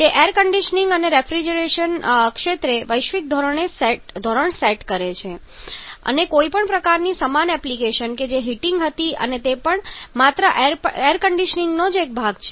તે air conditioning અને રેફ્રિજરેશનના ક્ષેત્રે વૈશ્વિક ધોરણ સેટ કરે છે અને કોઈપણ પ્રકારની સમાન એપ્લીકેશન કે જે હીટિંગ હતી અને તે પણ માત્ર એર કન્ડીશનીંગનો જ એક ભાગ છે